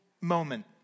moment